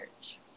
search